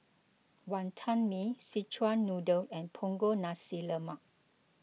Wantan Mee Szechuan Noodle and Punggol Nasi Lemak